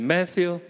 Matthew